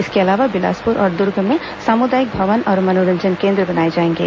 इसके अलावा बिलासपूर और दुर्ग में सामुदायिक भवन और मनोरंजन केंद्र बनाए जाएंगे